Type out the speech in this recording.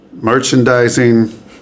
merchandising